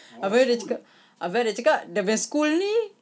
habis adik cakap habis adik cakap dia punya school ni